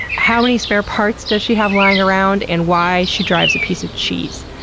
how many spare parts does she have lying around, and why she drives a piece of cheese.